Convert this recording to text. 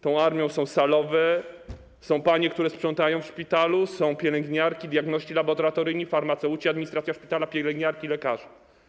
Tą armią są salowe, są panie, które sprzątają w szpitalu, są pielęgniarki, diagności laboratoryjni, farmaceuci, administracja szpitala, pielęgniarki, lekarze.